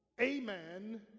amen